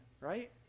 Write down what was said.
right